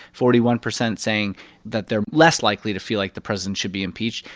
forty one percent saying that they're less likely to feel like the president should be impeached.